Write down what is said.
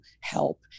help